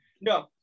no